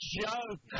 joke